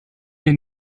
den